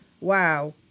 wow